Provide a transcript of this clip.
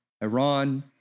Iran